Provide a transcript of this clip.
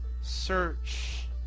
Search